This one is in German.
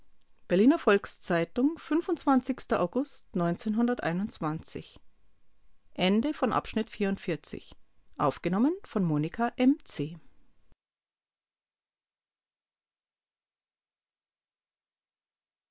berliner volks-zeitung august